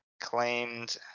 claimed